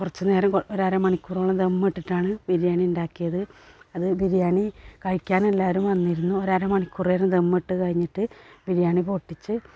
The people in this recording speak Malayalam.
കുറച്ച് നേരം ഒരു അര മണിക്കൂറോളം ദമ്മിട്ടിട്ടാണ് ബിരിയാണി ഉണ്ടാക്കിയത് അത് ബിരിയാണി കഴിക്കാൻ എല്ലാവരും വന്നിരുന്നു ഒരു അര മണിക്കൂറ് നേരം ദമ്മിട്ട് കഴിഞ്ഞിട്ട് ബിരിയാണി പൊട്ടിച്ച്